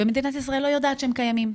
ומדינת ישראל לא יודעת שהם קיימים,